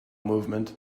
movement